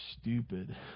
stupid